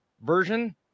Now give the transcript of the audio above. version